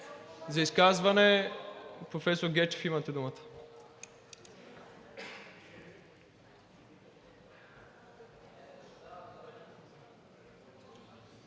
За изказване, професор Гечев, имате думата.